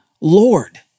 Lord